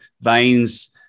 veins